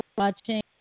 watching